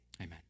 amen